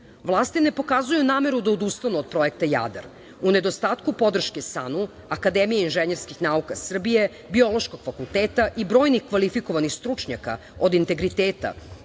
ne pokazuju nameru da odustanu od Projekta „Jadar“. U nedostatku podrške SANU, Akademije inženjerskih nauka Srbije, Biološkog fakulteta i brojnih kvalifikovanih stručnjaka od integriteta,